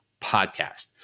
podcast